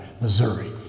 Missouri